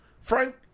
Frank